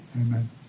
Amen